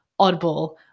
oddball